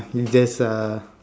if there's a